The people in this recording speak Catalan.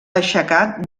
aixecat